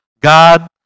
God